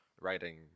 writing